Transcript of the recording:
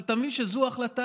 אבל אתה מבין שזו ההחלטה